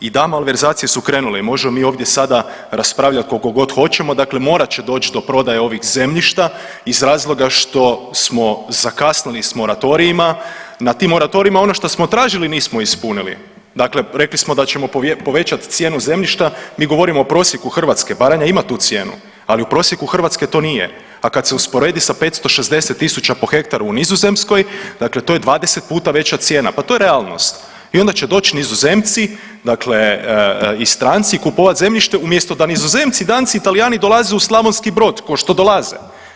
I da, malverzacije su krenule i možemo mi ovdje sada raspravljat koliko god hoćemo, dakle morat će doć do prodaje ovih zemljišta iz razloga što smo zakasnili s moratorijima, na tim moratorijima ono što smo tražili nismo ispunili, dakle rekli smo da ćemo povećat cijenu zemljišta, mi govorimo o prosjeku Hrvatske, Baranja ima tu cijenu, ali u prosjeku Hrvatske to nije, a kad se usporedi sa 560 tisuća po hektaru u Nizozemskoj dakle to je 20 puta veća cijena, pa to je realnost i onda će doć Nizozemci dakle i stranci kupovat zemljište umjesto da Nizozemci, Danci i Talijani dolaze u Slavonski Brod košto dolaze.